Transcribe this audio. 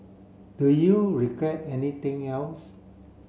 do you regret anything else